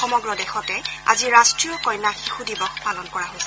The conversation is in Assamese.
সমগ্ৰ দেশতে আজি ৰাষ্ট্ৰীয় কন্যা শিশু দিৱস পালন কৰা হৈছে